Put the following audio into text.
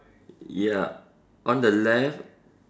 ya on the left